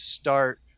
start